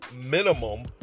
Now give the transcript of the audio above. minimum